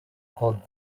called